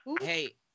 hey